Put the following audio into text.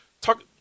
Talk